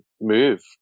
move